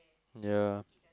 ya